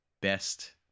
best